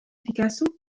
بيكاسو